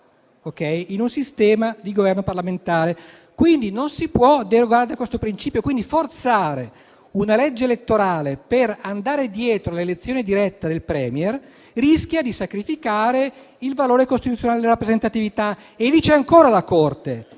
ad un sistema di governo parlamentare. Non si può derogare a questo principio. Forzare una legge elettorale per andare dietro all'elezione diretta del *Premier* rischia di sacrificare il valore costituzionale della rappresentatività. La Corte